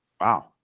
Wow